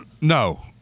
no